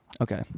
Okay